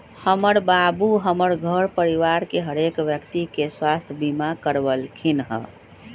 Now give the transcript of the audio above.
हमर बाबू हमर घर परिवार के हरेक व्यक्ति के स्वास्थ्य बीमा करबलखिन्ह